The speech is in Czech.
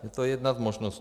Je to jedna z možností.